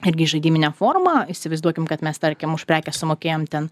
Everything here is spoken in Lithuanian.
irgi žaidiminę formą įsivaizduokim kad mes tarkim už prekę sumokėjom ten